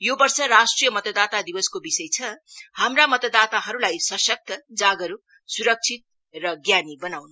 यो वर्ष राष्ट्रिय मतदाता दिवसको विषय छ हाम्रा मतदाताहरूलाई सशक्त जागरूक सुरक्षित र ज्ञानी बनाउनु